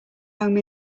home